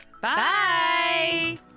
bye